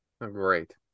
Great